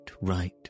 right